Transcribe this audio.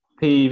thì